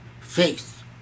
faith